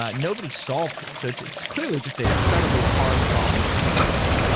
ah nobody solved it. so it's it's clearly just an incredibly hard problem to figure out.